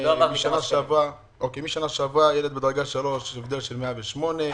משנה שעברה, ילד בדרגה 3, הבדל של 108 שקלים.